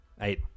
Eight